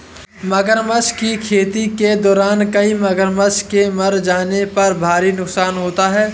मगरमच्छ की खेती के दौरान कई मगरमच्छ के मर जाने पर भारी नुकसान होता है